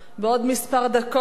בעוד כמה דקות,